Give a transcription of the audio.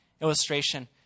illustration